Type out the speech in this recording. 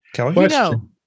Question